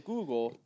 Google